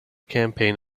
campaign